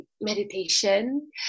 meditation